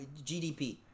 GDP